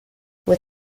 with